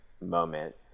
moment